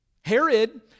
Herod